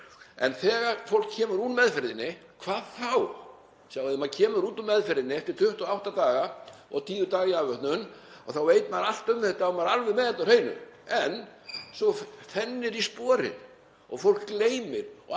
En þegar fólk kemur úr meðferðinni, hvað þá? Sjáið þið, maður kemur út úr meðferðinni eftir 28 daga og tíu daga í afvötnun og þá veit maður allt um þetta og maður er alveg með það á hreinu. En svo fennir í sporin og fólk gleymir og